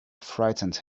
frightened